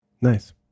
Nice